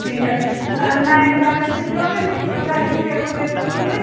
ٹھیٖک حظ ٲں نَیَن بیٚڈَن سۭتۍ چھُوا تۄہہِ تِم ڈرٛیٚسِنٛگ ٹیبٕل بیٚترِ سۭتۍ